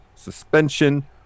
Suspension